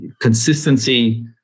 Consistency